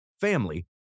family